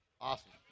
Awesome